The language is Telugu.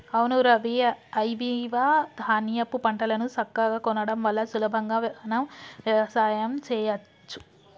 అవును రవి ఐవివ ధాన్యాపు పంటలను సక్కగా కొనడం వల్ల సులభంగా మనం వ్యవసాయం సెయ్యచ్చు